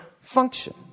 function